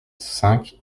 cinq